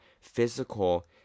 physical